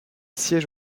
siège